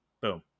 boom